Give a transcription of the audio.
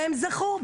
והם זכו,